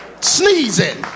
sneezing